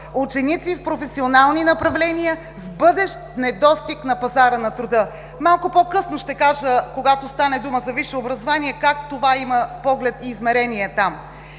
ученици в професионални направления с бъдещ недостиг на пазара на труда. Малко по-късно ще кажа, когато стане дума за висше образование, как това има поглед и измерение там.